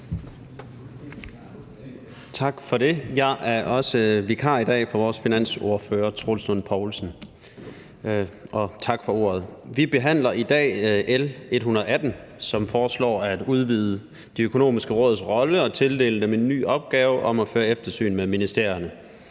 Tak for det. Jeg er vikar i dag for vores finansordfører, hr. Troels Lund Poulsen. Tak for ordet. Vi behandler i dag L 118, som foreslår at udvide De Økonomiske Råds rolle og tildele dem en ny opgave om at føre eftersyn med ministerierne.